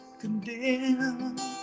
condemn